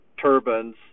turbines